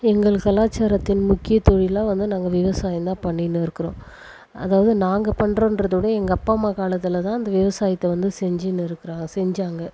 எங்கள் கலாச்சாரத்தின் முக்கிய தொழிலாக வந்து நாங்கள் விவசாயம் தான் பண்ணின்னு இருக்கிறோம் அதாவது நாங்கள் பண்றோன்றதை விட எங்கள் அப்பா அம்மா காலத்தில்தான் அந்த விவசாயத்தை வந்து செஞ்சுன்னு இருக்கிற செஞ்சாங்க